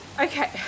Okay